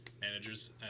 managers